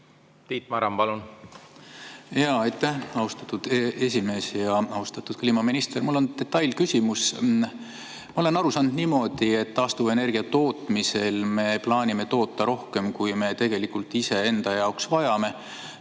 Tiit Maran, palun! Aitäh, austatud esimees! Austatud kliimaminister! Mul on detailküsimus. Ma olen aru saanud niimoodi, et taastuvenergia tootmisel me plaanime toota rohkem, kui me tegelikult iseenda jaoks vajame.